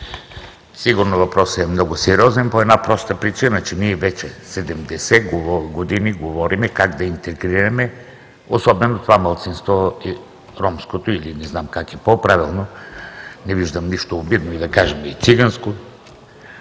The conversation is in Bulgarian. Сигурно въпросът е много сериозен по една проста причина – че вече 70 години говорим как да интегрираме, особено това малцинство – ромското, или не знам как е по-правилно, не виждам нищо обидно да кажем и циганско.